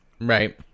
Right